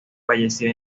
falleció